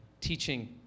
teaching